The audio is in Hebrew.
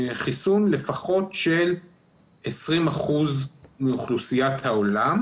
לחיסון לפחות של 20 אחוזים מאוכלוסיית העולם.